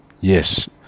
Yes